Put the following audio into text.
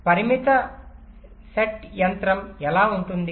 కాబట్టి పరిమిత సెట్ యంత్రం ఎలా ఉంటుంది